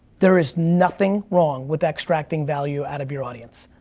there is nothing wrong with extracting value out of your audience.